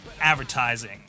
advertising